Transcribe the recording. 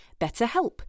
BetterHelp